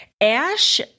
Ash